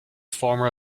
former